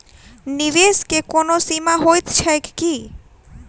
निवेश केँ कोनो सीमा होइत छैक की?